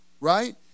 Right